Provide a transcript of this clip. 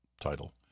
title